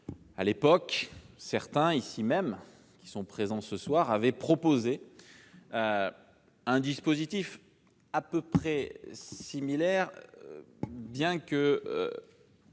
À l'époque, certains, qui sont présents ici ce soir, avaient proposé un dispositif à peu près similaire, quoique